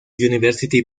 university